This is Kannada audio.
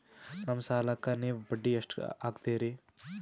ನಮ್ಮ ಸಾಲಕ್ಕ ನೀವು ಬಡ್ಡಿ ಎಷ್ಟು ಹಾಕ್ತಿರಿ?